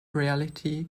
reality